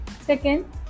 Second